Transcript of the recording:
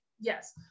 Yes